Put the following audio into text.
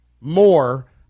more